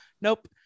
nope